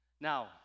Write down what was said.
Now